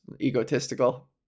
egotistical